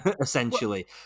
essentially